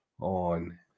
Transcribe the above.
on